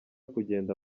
kugenda